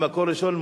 ראשון.